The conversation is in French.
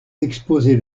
exposé